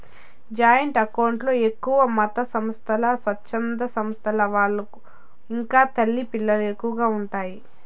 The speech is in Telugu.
జాయింట్ అకౌంట్ లో ఎక్కువగా మతసంస్థలు, స్వచ్ఛంద సంస్థల వాళ్ళు ఇంకా తల్లి పిల్లలకు ఎక్కువగా ఉంటాయి